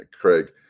Craig